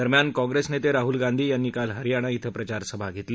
दरम्यान काँप्रेसचे नेते राहुल गांधी यांनी काल हरयाणा श्वे प्रचारसभा घेतली